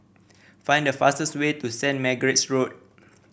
find the fastest way to Saint Margaret's Road